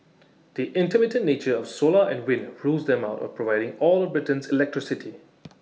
the intermittent nature of solar and wind rules them out of providing all of Britain's electricity